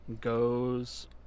goes